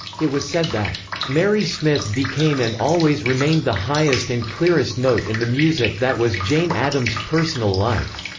it was said that, mary smith became and always remained the highest and clearest note in the music that was jane addams' personal life.